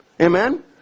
Amen